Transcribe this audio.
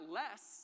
less